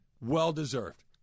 well-deserved